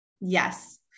Yes